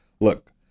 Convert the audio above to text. look